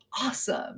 awesome